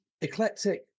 eclectic